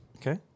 Okay